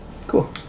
Cool